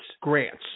grants